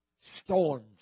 storms